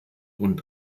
und